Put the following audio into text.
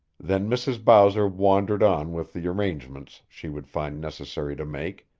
then mrs. bowser wandered on with the arrangements she would find necessary to make,